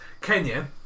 Kenya